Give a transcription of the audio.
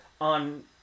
on